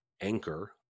anchor